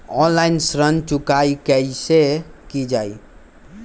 Online ऋण चुकाई कईसे की ञाई?